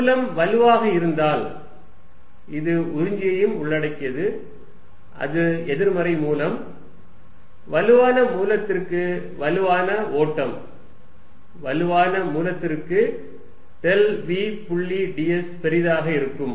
மூலம் வலுவாக இருந்தால் இது உறிஞ்சையும் உள்ளடக்கியது அது எதிர்மறை மூலம் வலுவான மூலத்திற்கு வலுவான ஓட்டம் வலுவான மூலத்திற்கு டெல் v புள்ளி ds பெரிதாக இருக்கும்